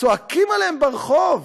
צועקים עליהם ברחוב,